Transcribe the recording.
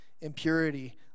impurity